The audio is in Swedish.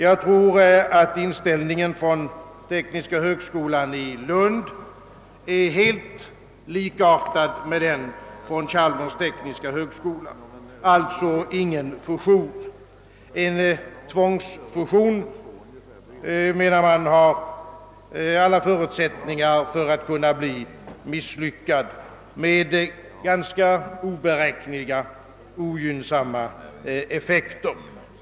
Jag tror, att inställningen på tekniska högskolan i Lund är densamma som den på Chalmers tekniska högskola; man önskar alltså ingen fusion. En tvångsfusion har, anser man, alla förutsättningar att bli misslyckad och få ogynnsamma och oberäkneliga effekter.